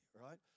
Right